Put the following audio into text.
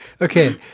okay